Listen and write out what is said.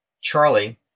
Charlie